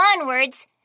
onwards